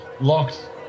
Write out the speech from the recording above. locked